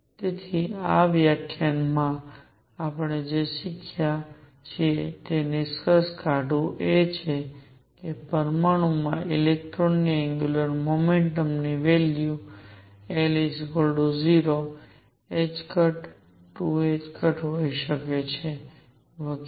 તેથી આ વ્યાખ્યાનમાં આપણે જે શીખ્યા છીએ તે નિષ્કર્ષ કાઢવું એ છે કે પરમાણુમાં ઇલેક્ટ્રોનની એંગ્યુલર મોમેન્ટ ની વેલ્યુ l 0 2 હોઈ શકે છે વગેરે